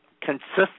consistent